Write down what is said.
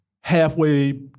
halfway